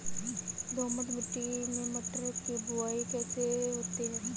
दोमट मिट्टी में मटर की बुवाई कैसे होती है?